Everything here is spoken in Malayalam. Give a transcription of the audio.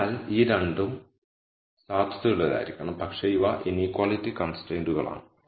അതിനാൽ ഈ 2 ഉം സാധുതയുള്ളതായിരിക്കണം പക്ഷേ ഇവ ഇനീക്വാളിറ്റി കൺസ്ട്രൈയ്ന്റുകളാണ്